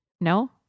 No